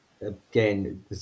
again